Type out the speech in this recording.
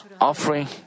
offering